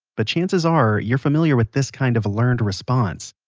but chances are you're familiar with this kind of learned response.